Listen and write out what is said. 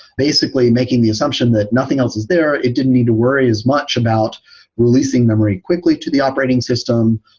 basically, making the assumption that nothing else is there. it didn't need to worry as much about releasing memory quickly to the operating system,